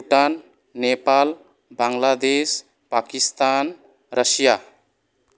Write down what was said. Bhutan Nepal Bangladesh Pakistan Russia